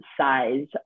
size